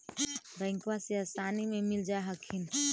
बैंकबा से आसानी मे मिल जा हखिन?